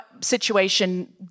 situation